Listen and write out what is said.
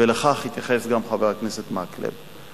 ולכך התייחס גם חבר הכנסת מקלב.